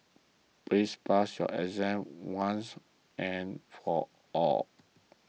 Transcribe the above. please pass your exam once and for all